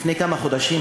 לפני כמה חודשים,